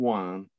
one